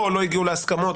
או לא הגיעו להסכמות,